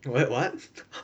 wait what